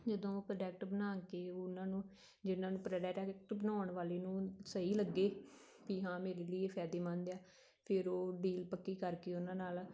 ਜਦੋਂ ਪ੍ਰੋਡਕਟ ਬਣਾ ਕੇ ਉਹਨਾਂ ਨੂੰ ਜਿਨ੍ਹਾਂ ਨੂੰ ਪ੍ਰੋਡਕਟ ਬਣਾਉਣ ਵਾਲੇ ਨੂੰ ਸਹੀ ਲੱਗੇ ਵੀ ਹਾਂ ਮੇਰੇ ਲਈ ਇਹ ਫਾਇਦੇਮੰਦ ਹੈ ਫਿਰ ਉਹ ਡੀਲ ਪੱਕੀ ਕਰਕੇ ਉਹਨਾਂ ਨਾਲ